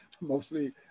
mostly